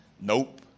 Nope